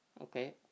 okay